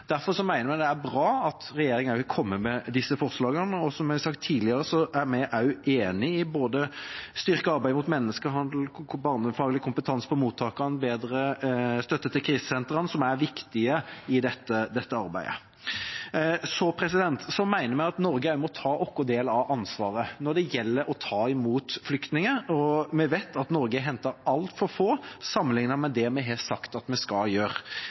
vi det er bra at regjeringa kommer med disse forslagene, og som jeg har sagt tidligere, er vi enig i både å styrke arbeidet mot menneskehandel, barnefaglig kompetanse på mottakene og bedre støtte til krisesentrene, som er viktige i dette arbeidet. Så mener vi at vi i Norge må ta vår del av ansvaret når det gjelder å ta imot flyktninger. Vi vet at Norge har hentet altfor få sammenliknet med det vi har sagt at vi skal gjøre.